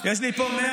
בתי